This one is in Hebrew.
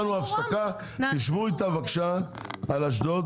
פה האוצר, תשבו איתו, ניתן לכם אדריכל.